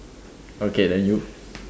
okay then you